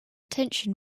tension